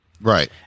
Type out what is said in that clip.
Right